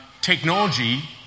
technology